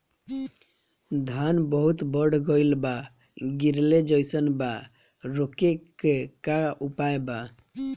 धान बहुत बढ़ गईल बा गिरले जईसन बा रोके क का उपाय बा?